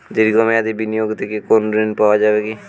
দীর্ঘ মেয়াদি বিনিয়োগ থেকে কোনো ঋন পাওয়া যাবে কী?